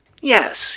Yes